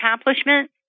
accomplishment